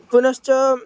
पुनश्च